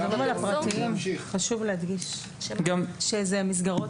אנחנו מדברים על מסגרות